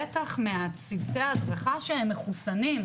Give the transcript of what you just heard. בטח מהצוותי הדרכה שהם מחוסנים.